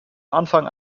anfang